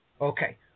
Okay